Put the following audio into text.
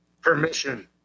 Permission